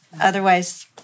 otherwise